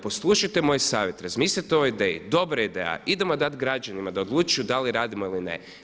Poslušajte moj savjet, razmislite o ideji, dobra je ideja, idemo dati građanima da odlučuju da li radimo ili ne.